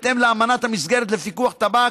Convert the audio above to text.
ובהתאם לאמנת המסגרת לפיקוח על טבק,